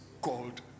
called